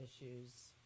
issues